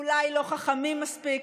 אולי לא חכמים מספיק,